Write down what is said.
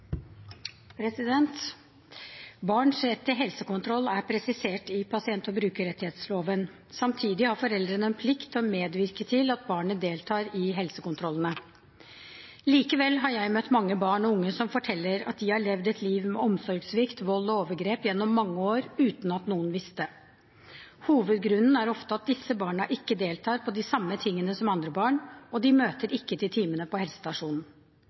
Barns rett til helsekontroll er presisert i pasient- og brukerrettighetsloven. Samtidig har foreldrene en plikt til å medvirke til at barnet deltar i helsekontrollene. Likevel har jeg møtt mange barn og unge som forteller at de har levd et liv med omsorgssvikt, vold og overgrep gjennom mange år, uten at noen visste. Hovedgrunnen er ofte at disse barna ikke deltar på de samme tingene som andre barn, og de